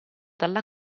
dalla